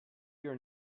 your